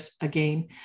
again